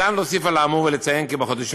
אפשר להוסיף על האמור ולציין כי בחודשים